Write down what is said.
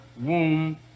womb